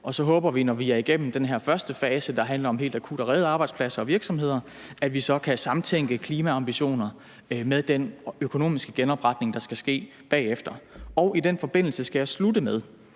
Og så håber vi, når vi er igennem den her første fase, der handler om helt akut at redde arbejdspladser og virksomheder, at vi kan samtænke klimaambitioner med den økonomiske genopretning, der skal ske bagefter. I den forbindelse skal jeg slutte af